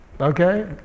Okay